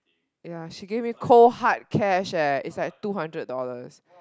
ya she give me cold hard cash eh it's like two hundred dollars